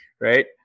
right